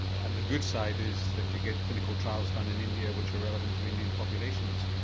and the good side is that you get clinical trials done in india which are relevant to indian populations.